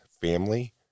family